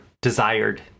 desired